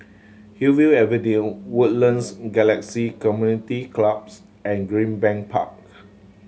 Hillview Avenue Woodlands Galaxy Community Clubs and Greenbank Park